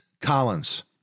Collins